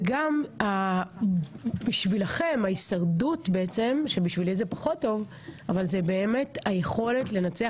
גם בשבילכם ההישרדות זה באמת היכולת לנצח